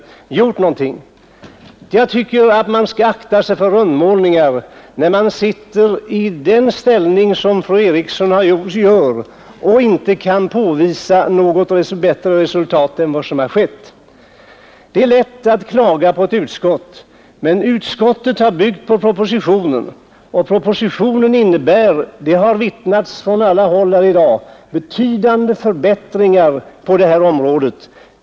Jag tycker att man bör akta sig för rundmålningar när man befinner sig i fru Erikssons ställning och inte kan påvisa något bättre resultat. Det är lätt att klaga på ett utskott, men utskottet har byggt på propositionen, och propositionen innebär — det har omvittnats från alla håll här i dag — betydande förbättringar på det här området.